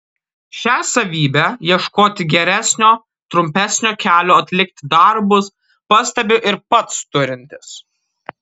šią savybę ieškoti geresnio trumpesnio kelio atlikti darbus pastebiu ir pats turintis